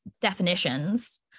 definitions